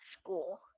school